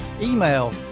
email